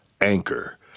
Anchor